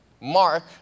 Mark